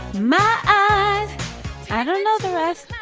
my eyes i don't know the rest.